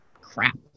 crap